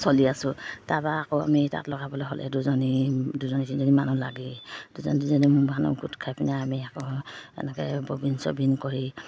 চলি আছোঁ তাৰপা আকৌ আমি তাত লগাবলৈ হ'লে দুজনী দুজনী তিনিজনী মানুহ লাগে দুজনী তিনিজনী মানুহ গোট খাই পিনে আমি আকৌ এনেকৈ ববিন ছবিনি কৰি